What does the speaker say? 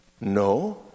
no